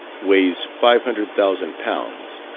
weighs five hundred thousand lbs,